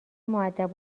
مودب